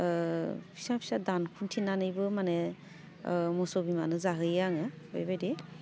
ओह फिसा फिसा दानखुनथिनानैबो माने ओह मोसौ बिमानो जाहोयो आङो बेबायदि